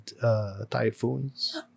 typhoons